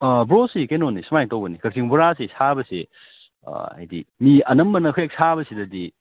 ꯑꯥ ꯕ꯭ꯔꯣꯁꯤ ꯀꯩꯅꯣꯅꯤ ꯁꯨꯃꯥꯏ ꯇꯧꯕꯅꯤ ꯀꯛꯆꯤꯡ ꯕꯣꯔꯥꯁꯤ ꯁꯥꯕꯁꯤ ꯍꯥꯏꯗꯤ ꯃꯤ ꯑꯅꯝꯕꯅ ꯑꯩꯈꯣꯏ ꯍꯦꯛ ꯁꯥꯕꯁꯤꯗꯗꯤ